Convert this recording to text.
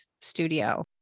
studio